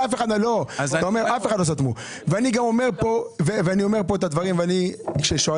אני אומר כאן את הדברים ואני אומר שאני יודע,